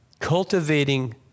Cultivating